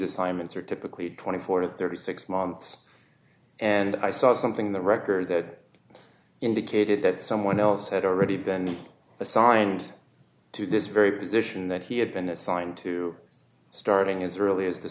assignments are typically twenty four to thirty six months and i saw something in the record that indicated that someone else had already been assigned to this very position that he had been assigned to starting as early as the